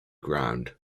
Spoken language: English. ground